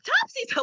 Topsy's